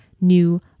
new